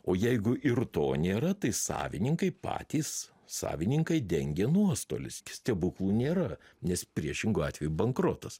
o jeigu ir to nėra tai savininkai patys savininkai dengia nuostolius stebuklų nėra nes priešingu atveju bankrotas